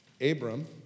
Abram